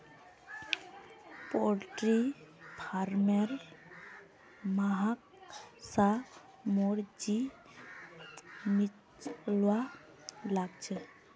poultry फारमेर महक स मोर जी मिचलवा लाग छ